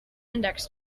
index